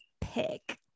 pick